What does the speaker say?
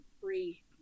free